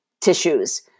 tissues